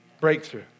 breakthrough